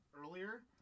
earlier